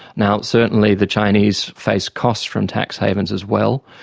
now, certainly the chinese face costs from tax havens as well.